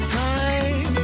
time